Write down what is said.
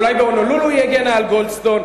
אולי בהונולולו היא הגנה על גולדסטון,